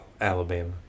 Alabama